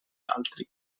altri